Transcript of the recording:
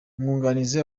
umwunganizi